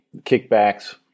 kickbacks